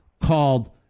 called